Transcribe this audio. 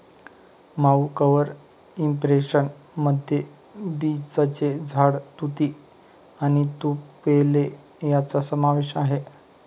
मऊ cover impression मध्ये बीचचे झाड, तुती आणि तुपेलो यांचा समावेश आहे